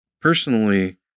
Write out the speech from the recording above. personally